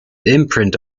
imprint